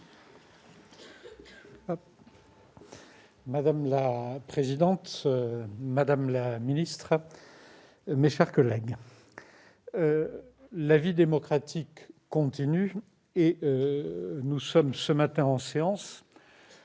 Madame la présidente, madame la ministre, mes chers collègues, la vie démocratique continue et nous siégeons ce matin dans